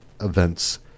events